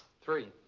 three.